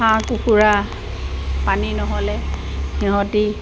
হাঁহ কুকুৰা পানী নহ'লে সিহঁতে